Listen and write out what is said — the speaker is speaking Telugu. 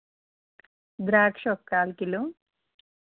ద్రాక్ష ఒక కాల్ కిలో